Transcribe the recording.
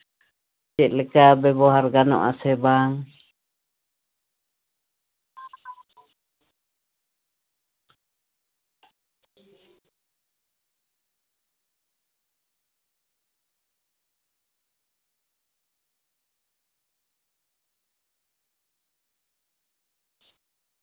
ᱪᱮᱫ ᱞᱮᱠᱟ ᱵᱮᱵᱚᱦᱟᱨ ᱜᱟᱱᱚᱜᱼᱟ ᱥᱮ ᱵᱟᱝ